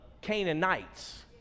Canaanites